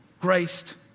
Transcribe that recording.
graced